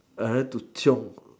I like to chiong